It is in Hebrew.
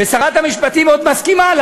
ושרת המשפטים עוד מסכימה,